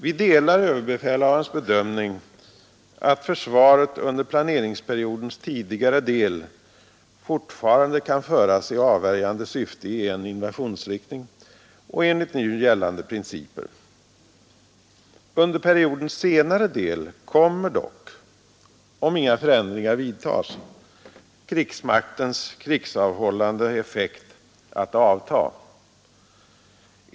Vi delar överbefälhavarens bedömning att försvaret under planeringsperiodens tidigare del fortfarande kan föras i avvärjande syfte i en invasionsriktning och enligt nu gällande principer. Under periodens senare del kommer dock — om inga förändringar vidtages — krigsmaktens krigsavhållande effekt att avta.